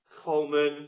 Coleman